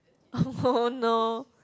oh no